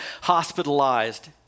hospitalized